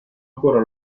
ancora